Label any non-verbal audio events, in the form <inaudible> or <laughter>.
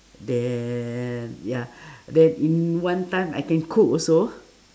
then ya <breath> then in one time I can cook also